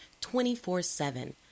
24-7